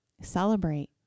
celebrate